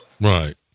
right